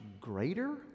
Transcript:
greater